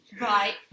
right